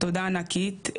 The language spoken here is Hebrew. תודה ענקית,